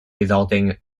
resulting